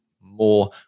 more